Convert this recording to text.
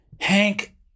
Hank